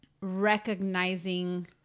recognizing